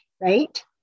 right